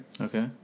Okay